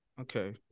okay